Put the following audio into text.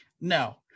No